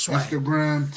Instagram